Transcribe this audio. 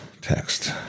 text